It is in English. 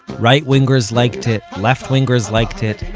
right wingers liked it, left wingers liked it.